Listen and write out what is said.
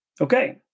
Okay